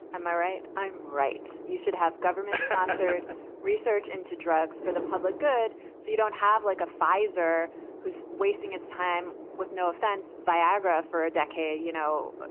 am i right? i'm right. you should have government sponsored research into drugs for the public good. so you don't have like a pfizer who's wasting its time with no offense. viagra for a decade, you know,